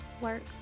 work